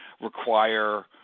require